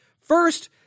First